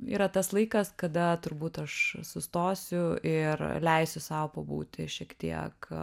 yra tas laikas kada turbūt aš sustosiu ir leisiu sau pabūti šiek tiek